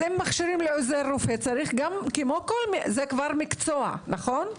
אז אם מכשירים לעוזר רופא זה כבר מקצוע, נכון?